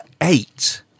eight